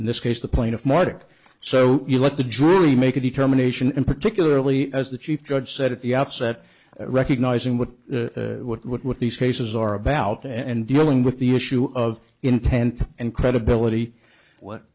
in this case the plaintiff marduk so you let the jury make a determination and particularly as the chief judge said at the outset recognizing what what these cases are about and dealing with the issue of intent and credibility what